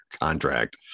contract